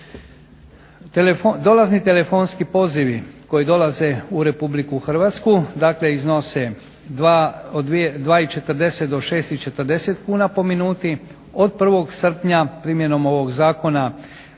Dolazni telefonski pozivi koji dolaze u Republici Hrvatsku dakle iznose 2,40 do 6,40 kuna po minuti, od 1. srpnja primjenom ovog zakona